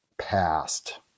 past